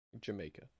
Jamaica